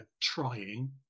trying